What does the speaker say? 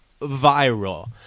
viral